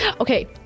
Okay